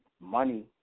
Money